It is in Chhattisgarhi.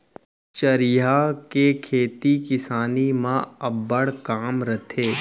चरिहा के खेती किसानी म अब्बड़ काम रथे